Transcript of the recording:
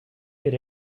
did